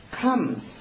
comes